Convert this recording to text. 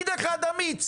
לכבישים.